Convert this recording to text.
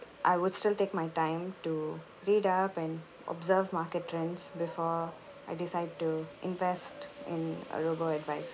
I would still take my time to read up and observe market trends before I decide to invest in a robo advisor